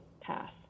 pass